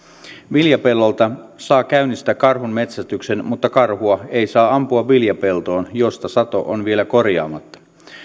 viljapellolta saa käynnistää karhunmetsästyksen mutta karhua ei saa ampua viljapeltoon josta sato on vielä korjaamatta